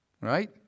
right